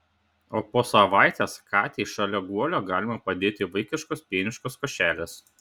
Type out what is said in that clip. o po savaitės katei šalia guolio galima padėti vaikiškos pieniškos košelės